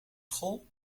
school